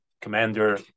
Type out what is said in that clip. commander